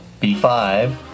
B5